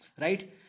right